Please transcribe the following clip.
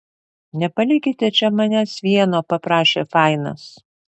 nepalikite čia manęs vieno paprašė fainas